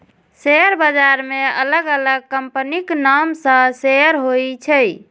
share बाजार मे अलग अलग कंपनीक नाम सं शेयर होइ छै